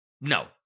no